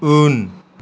उन